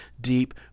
deep